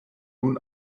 nun